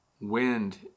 wind